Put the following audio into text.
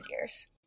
years